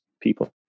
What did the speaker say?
people